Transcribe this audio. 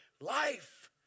life